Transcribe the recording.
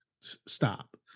Stop